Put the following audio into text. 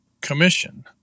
commission